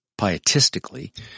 pietistically